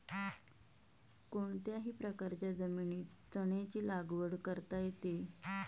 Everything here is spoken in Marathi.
कोणत्याही प्रकारच्या जमिनीत चण्याची लागवड करता येते